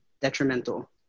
detrimental